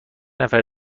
نفر